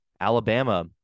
Alabama